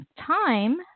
time